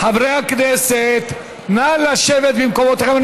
חברי הכנסת, נא לשבת במקומותיכם.